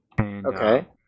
Okay